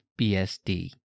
BSD